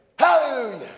Hallelujah